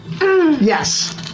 Yes